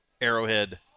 Arrowhead